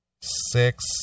six